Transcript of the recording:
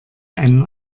einen